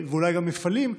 ואולי גם מפעלים.